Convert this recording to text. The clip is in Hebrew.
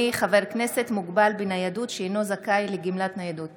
אם כך, חברי הכנסת, תאמינו או לא,